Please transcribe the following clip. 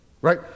right